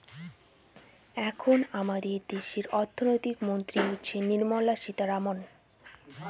এখন আমাদের দেশের অর্থমন্ত্রী হচ্ছেন নির্মলা সীতারামন